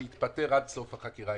שיתפטר עד סוף החקירה,